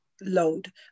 load